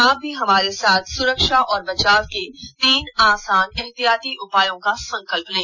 आप भी हमारे साथ सुरक्षा और बचाव के तीन आसान एहतियाती उपायों का संकल्प लें